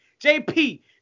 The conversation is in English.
JP